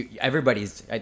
everybody's